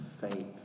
faith